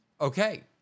Okay